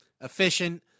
Efficient